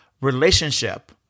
relationship